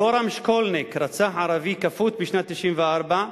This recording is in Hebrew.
יורם שקולניק רצח ערבי כפות בשנת 1994,